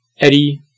Eddie